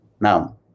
Now